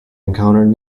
encountered